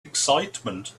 excitement